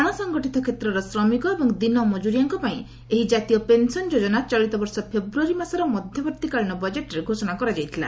ଅଣସଙ୍ଗଠିତ କ୍ଷେତ୍ରର ଶ୍ରମିକ ଏବଂ ଦିନମକୁରିଆମାନଙ୍କ ପାଇଁ ଏହି ଜାତୀୟ ପେନ୍ସନ୍ ଯୋଜନା ଚଳିତବର୍ଷ ଫେବୃୟାରୀ ମାସର ମଧ୍ୟବର୍ତ୍ତୀକାଳୀନ ବଜେଟ୍ରେ ଘୋଷଣା କରାଯାଇଥିଲା